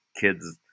kids